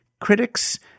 Critics